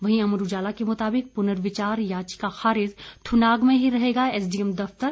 वहीं अमर उजाला के मुताबिक पुर्नविचार याचिका खारिज थुनाग में ही रहेगा एसडीएम दफतर